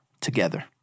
together